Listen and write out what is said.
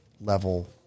level